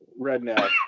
redneck